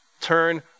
turn